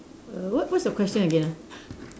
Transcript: err what what's your question again ah